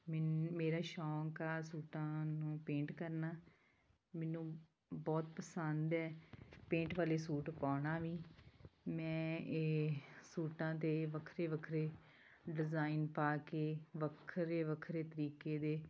ਮੈਨੂੰ ਮੇਰਾ ਸ਼ੌਕ ਆ ਸੂਟਾਂ ਨੂੰ ਪੇਂਟ ਕਰਨਾ ਮੈਨੂੰ ਬਹੁਤ ਪਸੰਦ ਹੈ ਪੇਂਟ ਵਾਲੇ ਸੂਟ ਪਾਉਣਾ ਵੀ ਮੈਂ ਇਹ ਸੂਟਾਂ 'ਤੇ ਵੱਖਰੇ ਵੱਖਰੇ ਡਿਜ਼ਾਈਨ ਪਾ ਕੇ ਵੱਖਰੇ ਵੱਖਰੇ ਤਰੀਕੇ ਦੇ